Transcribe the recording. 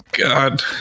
god